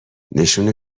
نشون